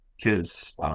kids